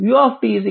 కాబట్టి u 1